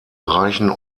reichen